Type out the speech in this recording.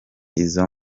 izo